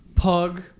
Pug